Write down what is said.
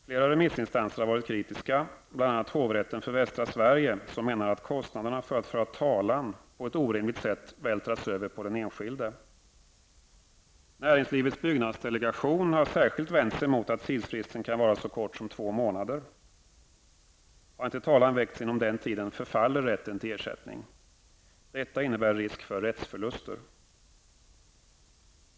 Flera remissinstanser har varit kritiska, bl.a. hovrätten för västra Sverige som menar att kostnaderna för att föra talan vältras över på den enskilde på ett rimligt sätt. Näringslivets byggnadsdelegation har särskilt vänt sig mot att tidsfristen kan vara så kort som två månader. Har inte talan väckts inom den tiden förfaller rätten till ersättning. Detta innebär risk för rättsförluster.